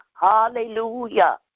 hallelujah